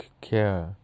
care